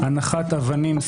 הנחת אבנים,